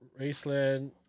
Raceland